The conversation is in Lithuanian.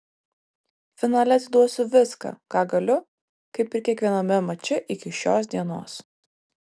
finale atiduosiu viską ką galiu kaip ir kiekviename mače iki šios dienos